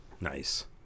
Nice